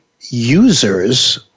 users